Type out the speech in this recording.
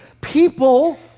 People